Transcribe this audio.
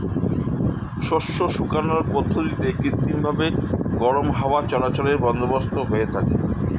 শস্য শুকানোর পদ্ধতিতে কৃত্রিমভাবে গরম হাওয়া চলাচলের বন্দোবস্ত করা হয়ে থাকে